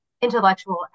intellectual